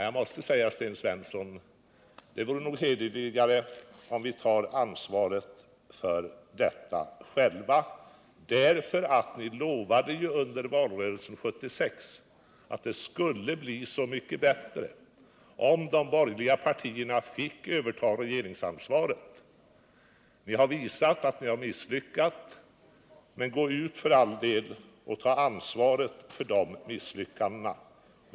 Jag måste säga, Sten Svensson, att det nog vore hederligare om ni själva tog ansvaret. Ni lovade ju under valrörelsen 1976 att det skulle bli så mycket bättre, om de borgerliga partierna fick överta regeringsansvaret. Det har nu visat sig att ni misslyckades. Gå då för all del ut och ta ansvaret för de misslyckandena!